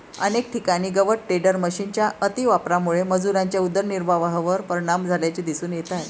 अनेक ठिकाणी गवत टेडर मशिनच्या अतिवापरामुळे मजुरांच्या उदरनिर्वाहावर परिणाम झाल्याचे दिसून येत आहे